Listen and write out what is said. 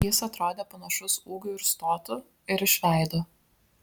jis atrodė panašus ūgiu ir stotu ir iš veido